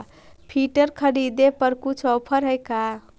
Filter खरिदे पर कुछ औफर है का?